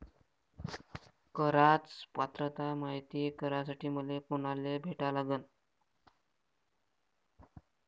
कराच पात्रता मायती करासाठी मले कोनाले भेटा लागन?